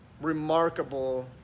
remarkable